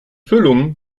füllung